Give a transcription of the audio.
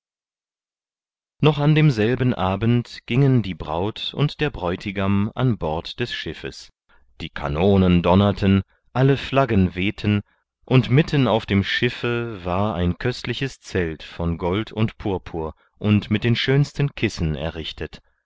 noch an demselben abend gingen die braut und der bräutigam an bord des schiffes die kanonen donnerten alle flaggen wehten und mitten auf dem schiffe war ein köstliches zelt von gold und purpur und mit den schönsten kissen errichtet